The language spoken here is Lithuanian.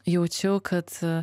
jaučiau kad